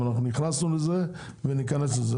אנחנו נכנסו לזה ואנחנו נכנס לזה,